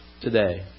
today